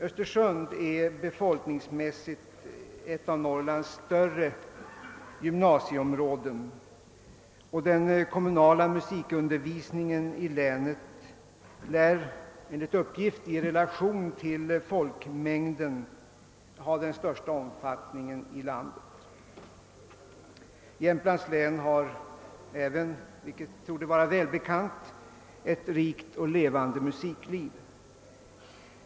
Östersund är befolkningsmässigt ett av Norrlands större gymnasieområden, och den kommunala musikundervisningen i länet lär enligt uppgift i relation till folkmängden ha den största omfattningen i landet. Jämtlands län har även, vilket torde vara välbekant, ett rikt och levande musikliv.